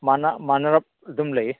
ꯃꯥꯟꯅꯔꯞ ꯑꯗꯨꯝ ꯂꯩ